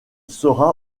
sera